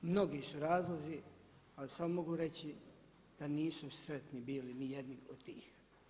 Mnogi su razlozi, ali samo mogu reći da nisu sretni bili ni jedni od tih.